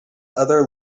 other